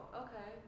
okay